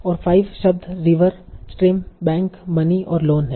और 5 शब्द river stream bank money और लोन है